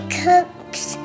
cooks